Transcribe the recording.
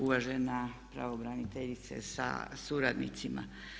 Uvažena pravobraniteljice sa suradnicima.